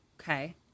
Okay